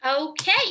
Okay